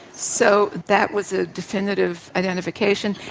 so that was a definitive identification,